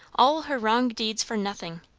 all her wrong deeds for nothing!